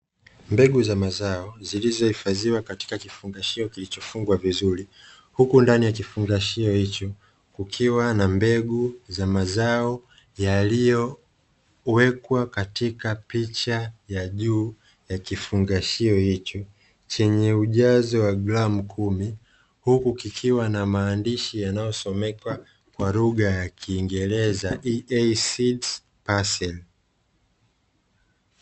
Mbegu za mazao zilizohifadhiwa katika kifungashio kilichofungwa vizuri, huku ndani ya kifungashio hicho kukiwa na mbegu za mazao yaliyowekwa katika picha ya juu ya kifungashio hicho chenye ujazo wa gramu kumi. Huku kikiwa na maandishi yanayosomeka kwa lugha ya Kiingereza: "EA SEEDS PARCEL".